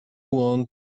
want